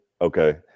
okay